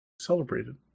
celebrated